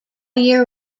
year